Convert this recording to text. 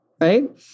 Right